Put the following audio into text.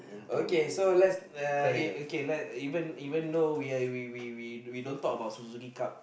okay so let's uh okay let even even though ya we we we we don't talk about Suzuki-Cup